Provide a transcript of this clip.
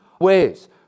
ways